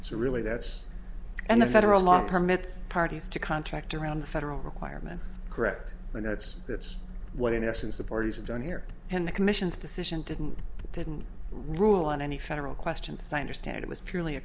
it's a really that's and the federal law permits parties to contract around the federal requirements correct and that's that's what in essence the parties have done here and the commission's decision didn't didn't rule on any federal question sign or stand it was purely a